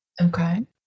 Okay